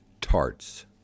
tarts